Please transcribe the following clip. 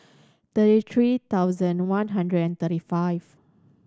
thirty three thousand one hundred and thirty five